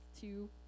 two